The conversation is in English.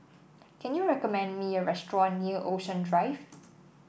can you recommend me a restaurant near Ocean Drive